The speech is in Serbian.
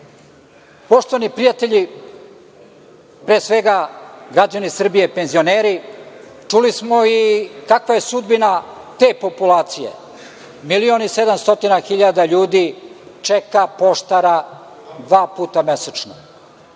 nadu. Poštovani prijatelji, pre svega građani Srbije, penzioneri, čuli smo i kakva je sudbina te populacije. Milion i sedamsto hiljada ljudi čeka poštara dva puta mesečno